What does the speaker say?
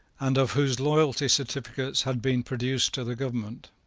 and of whose loyalty certificates had been produced to the government.